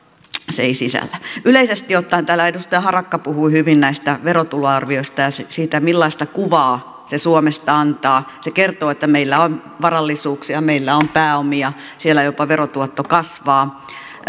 se ei sisällä yleisesti ottaen täällä edustaja harakka puhui hyvin näistä verotuloarvioista ja siitä millaista kuvaa se suomesta antaa se kertoo että meillä on varallisuuksia meillä on pääomia siellä jopa verotuotto kasvaa